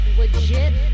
Legit